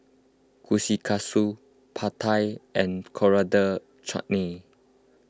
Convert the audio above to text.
Kushikatsu Pad Thai and Coriander Chutney